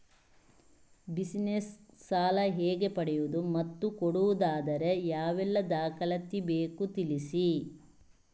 Business ಸಾಲ ಹೇಗೆ ಪಡೆಯುವುದು ಮತ್ತು ಕೊಡುವುದಾದರೆ ಯಾವೆಲ್ಲ ದಾಖಲಾತಿ ಬೇಕು ತಿಳಿಸಿ?